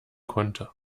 konnte